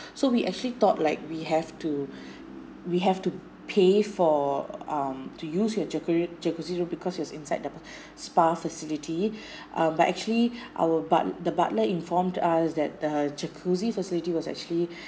so we actually thought like we have to we have to pay for um to use your jacuz~ jacuzzi room because it's inside the spa facility uh but actually our but~ the butler informed us that the jacuzzi facility was actually